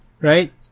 Right